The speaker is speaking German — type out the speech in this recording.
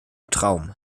traum